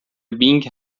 بینگ